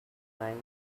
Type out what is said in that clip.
night